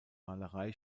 malerei